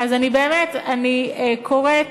אני קוראת